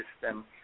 system